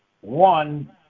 One